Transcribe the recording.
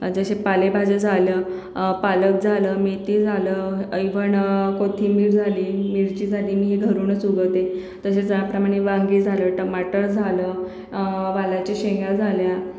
जसे पालेभाज्या झालं पालक झालं मेथी झालं इव्हण कोथिंबीर झाली मिरची झाली मी घरूनच उगवते तसेच याप्रमाणे वांगी झालं टमाटर झालं वालाच्या शेंगा झाल्या